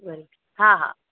हा हा